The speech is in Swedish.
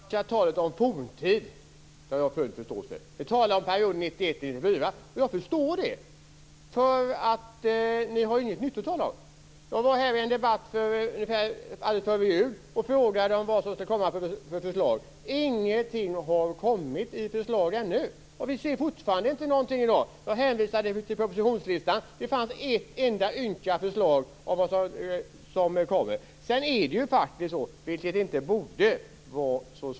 Fru talman! Jag har full förståelse för det socialdemokratiska talet om forntid. Vi talar om perioden 1991-1994. Ni har ju inget nytt att tala om. Jag var med i en debatt alldeles före jul. Jag frågade vad det skulle komma för förslag. Det har ännu inte kommit några förslag. Vi ser fortfarande inte någonting i dag. Jag hänvisade till propositionslistan. Där fanns ett ynka förslag som kommer.